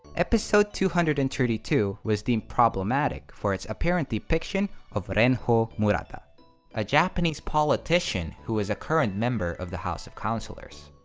episode two hundred and thirty two was deemed problematic for its apparent depiction of renho murata a japanese politician who is a current member of the house of councillors.